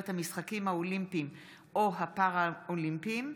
המשחקים האולימפיים או הפראלימפיים),